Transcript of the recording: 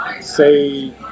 say